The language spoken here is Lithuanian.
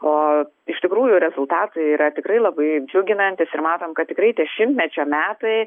o iš tikrųjų rezultatai yra tikrai labai džiuginantys ir matom kad tikrai tie šimtmečio metai